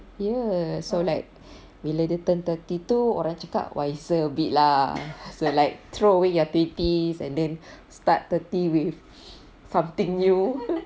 ya so like bila dia turn thirty tu orang cakap wiser a bit lah it's like throw away your twenties and then start thirty with something new